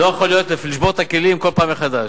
לא יכול להיות לשבור את הכלים כל פעם מחדש.